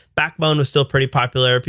backbone was still pretty popular.